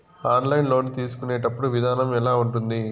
online loan తీసుకునేటప్పుడు విధానం ఎలా ఉంటుంది